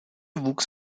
wuchs